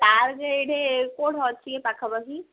park ଏଇଠି କେଉଁଠି ଅଛି କି ପାଖାପାଖି